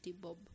bob